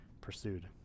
pursued